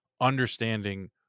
understanding